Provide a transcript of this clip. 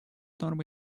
нормы